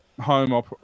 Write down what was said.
home